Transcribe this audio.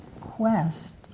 quest